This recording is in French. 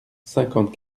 cinquante